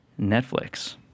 netflix